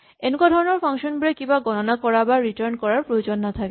এনেকুৱা ধৰণৰ ফাংচন বোৰে কিবা গণনা কৰা বা ৰিটাৰ্ন কৰাৰ প্ৰয়োজন নাথাকে